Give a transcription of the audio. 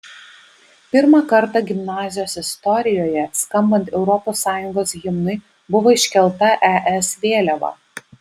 pirmą kartą gimnazijos istorijoje skambant europos sąjungos himnui buvo iškelta es vėliava